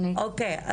אוקי,